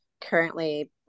currently